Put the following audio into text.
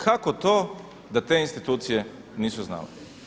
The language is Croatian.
Kako to da te institucije nisu znale?